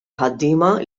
ħaddiema